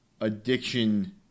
addiction